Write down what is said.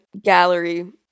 gallery